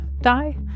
die